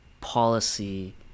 policy